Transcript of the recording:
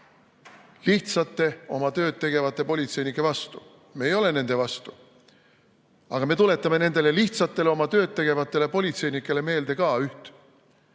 lihtsate oma tööd tegevate politseinike vastu. Me ei ole nende vastu. Aga me tuletame nendele lihtsatele oma tööd tegevatele politseinikele meelde ka üht: